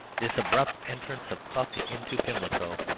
this abrupt entrance of puck into pimlico,